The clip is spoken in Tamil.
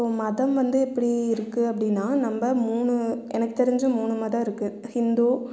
மதம் வந்து எப்படி இருக்கு அப்படினா நம்ம மூணு எனக்கு தெரிஞ்சு மூணு மதம் இருக்கு